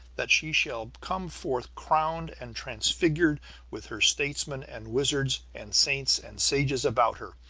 that she shall come forth crowned and transfigured with her statesmen and wizards and saints and sages about her,